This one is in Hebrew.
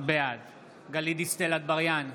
בעד גלית דיסטל אטבריאן,